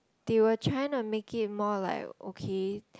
they were try on make it more like okay